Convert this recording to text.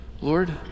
Lord